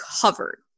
covered